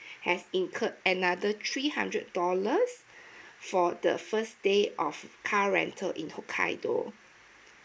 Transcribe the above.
has incurred another three hundred dollars for the first day of car rental in hokkaido